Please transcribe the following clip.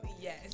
Yes